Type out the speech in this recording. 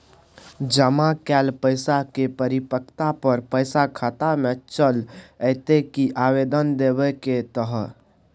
जमा कैल पैसा के परिपक्वता पर पैसा खाता में चल अयतै की आवेदन देबे के होतै?